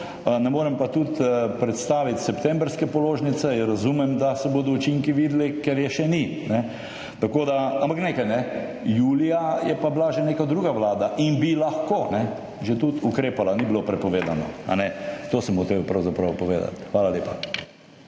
Ne morem pa predstaviti tudi septembrske položnice. Ja, razumem, da se bodo učinki videli, ker je še ni, kajne. Tako da … Ampak nekaj, kajne, julija je pa bila že neka druga vlada in bi lahko že tudi ukrepala, ni bilo prepovedano, kajne. To sem hotel pravzaprav povedati. Hvala lepa.